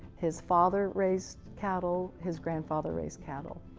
his father raised cattle, his grandfather raised cattle.